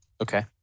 Okay